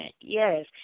Yes